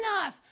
enough